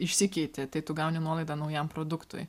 išsikeiti tai tu gauni nuolaidą naujam produktui